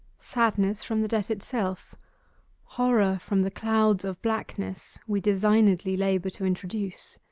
sadness, from the death itself horror, from the clouds of blackness we designedly labour to introduce.